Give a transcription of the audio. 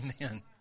Amen